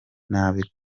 nabi